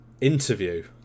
interview